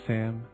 Sam